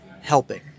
helping